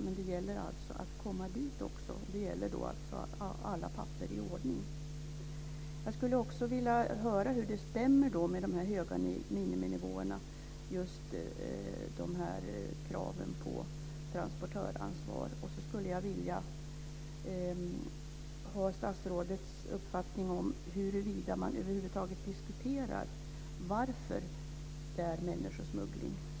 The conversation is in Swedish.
Men det gäller att komma till gränsen och att ha alla papper i ordning. Jag skulle också vilja höra hur de här kraven på transportörsansvar stämmer med de höga miniminivåerna. Jag skulle vilja höra statsrådets uppfattning om huruvida man över huvud taget diskuterar varför det är människosmuggling.